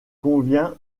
convient